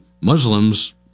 Muslims